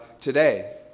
today